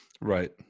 Right